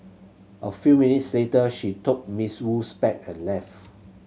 a few minutes later she took Miss Wu's bag and left